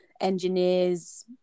engineers